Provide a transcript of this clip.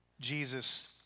Jesus